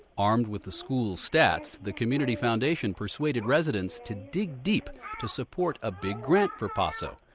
armed with the school stats, the community foundation persuaded residents to dig deep to support a big grant for paso,